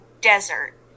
desert